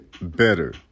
better